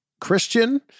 Christian